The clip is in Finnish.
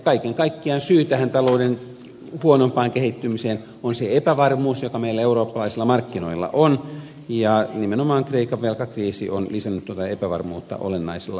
kaiken kaikkiaan syy tähän talouden huonompaan kehittymiseen on se epävarmuus joka meillä eurooppalaisilla markkinoilla on ja nimenomaan kreikan velkakriisi on lisännyt tuota epävarmuutta olennaisella tavalla